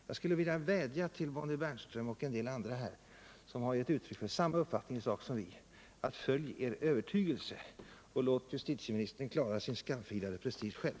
Jag skulle vilja vädja till Bonnie Bernström och en del andra här som har givit uttryck för samma uppfattning i sak som vi: Följ er övertygelse och låt justitieministern klara sin skamfilade prestige själv!